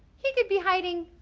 he could be hiding